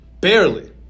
barely